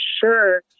sure